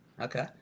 Okay